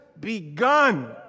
begun